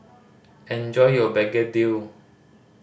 enjoy your begedil